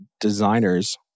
designers